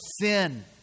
sin